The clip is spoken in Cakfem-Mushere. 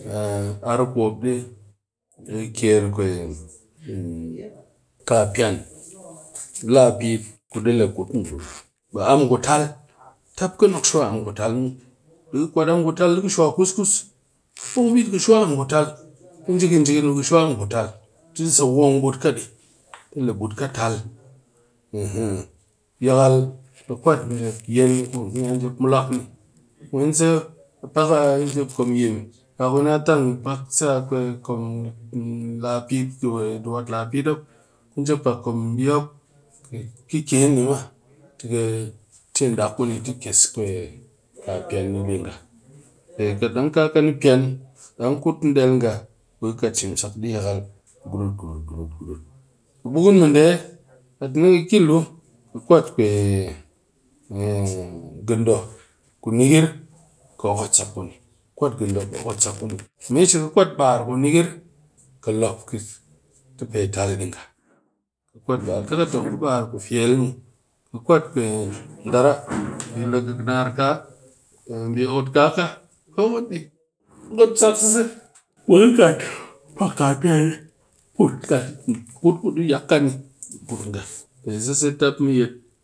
a ar ku mop di kyer ka kaa piyan, ku lapip, ku le kut ngurum, be am ku tal,. tap ki nok shwa am ku tal muw di ki kwat am ku tal di ka shwa kus-kus put kubit ke shwa am ku tal. ka ji kijikin ki shwa am ku tal, te sa wong buut ka, de le buut ka tal yakal ki kwat. mee yen ku a ni a njep mulak ni, mwense pak a njep comyem ka ku na tang pak se kom lapit. jep pak mbi kop bi ki ken pak chin dak kuni ɓe kɨ es kapiyan ni nga. pe katdang kaa ni pa'ani dang kuut ni del nga be ka kat shemshak dɨ di yal gur-gur kibukun m? Nde kat. ni ki ki luu ka kat gindo kunikir ka okot sak kuni me shi ka kwat bar ku nikir ki lop te pee tal. nga te tap ka tong ku bar ku fel muw ka kwat ndera okot nar kaa ka ku a ni